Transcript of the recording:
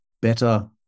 better